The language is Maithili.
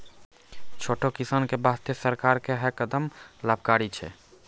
छोटो किसान के वास्तॅ सरकार के है कदम लाभकारी छै